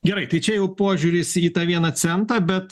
gerai tai čia jau požiūris į tą vieną centą bet